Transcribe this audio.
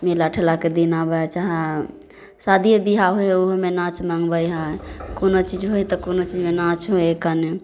मेला ठेलाके दिन आबै चाहै शादिए विवाह होइ हइ ओहोमे नाच मंगबै हइ कोनो चीज होइ तऽ कोनो चीजमे नाच होइ हइके